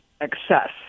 excess